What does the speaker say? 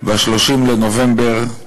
ב-30 בנובמבר,